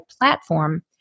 platform